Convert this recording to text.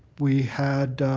we had